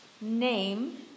name